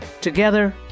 Together